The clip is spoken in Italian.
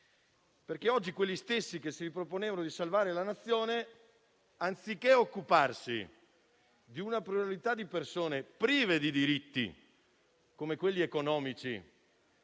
perché oggi quegli stessi che si proponevano di salvare la nazione, anziché occuparsi di una pluralità di persone prive di diritti, come quelli economici